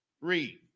Read